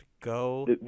Go